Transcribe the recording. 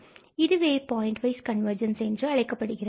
இதுவே point wise convergence என்று அழைக்கப்படுகிறது